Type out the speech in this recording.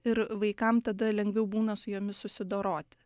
ir vaikam tada lengviau būna su jomis susidoroti